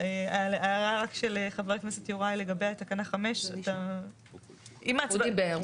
ההערה של חבר הכנסת יוראי לגבי תקנה 5 --- הוא דיבר,